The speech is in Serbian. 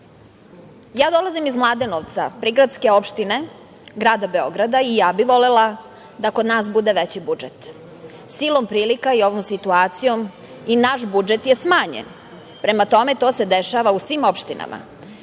ja dolazim iz Mladenovca, prigradske opštine grada Beograda i ja bih volela da kod nas bude veći budžet. Silom prilika i ovom situacijom i naš budžet je smanjen. Prema tome, to se dešava u svim opštinama,